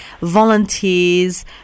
volunteers